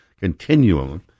Continuum